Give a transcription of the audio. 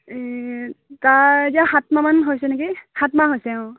এই তাৰ এতিয়া সাত মাহ মান হৈছে নেকি সাত মাহ হৈছে অঁ